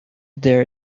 their